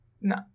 No